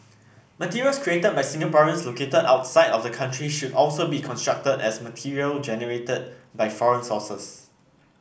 materials created by Singaporeans located outside of the country should also be construed as material generated by foreign sources